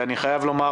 אני חייב לומר